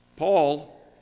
Paul